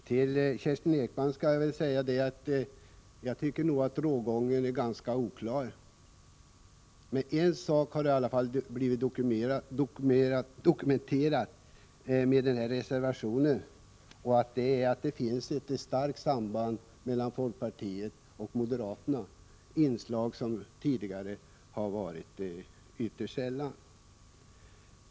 Herr talman! Till Kerstin Ekman vill jag säga att jag tycker att rågången är ganska oklar. En sak har i alla fall blivit dokumenterad med den här reservationen, och det är att det finns ett starkt samförstånd mellan folkpartiet och moderaterna — vilket tidigare har varit ytterst sällsynt.